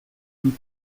tout